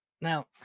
Now